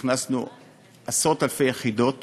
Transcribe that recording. הכנסנו עשרות-אלפי יחידות